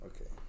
Okay